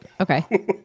okay